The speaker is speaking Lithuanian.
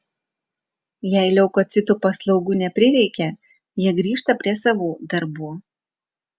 jei leukocitų paslaugų neprireikia jie grįžta prie savų darbų